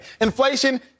Inflation